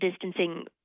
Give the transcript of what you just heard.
distancing